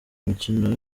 imikino